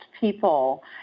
people